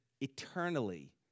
eternally